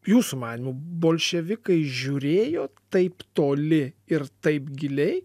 jūsų manymu bolševikai žiūrėjo taip toli ir taip giliai